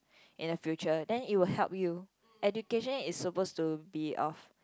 in the future then it will help you education is supposed to be of